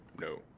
no